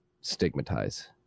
stigmatize